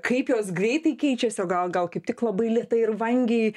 kaip jos greitai keičiasi o gal gal kaip tik labai lėtai ir vangiai